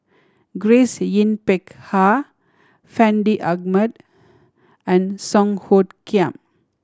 Grace Yin Peck Ha Fandi Ahmad and Song Hoot Kiam